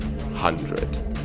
hundred